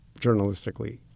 journalistically